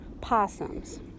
possums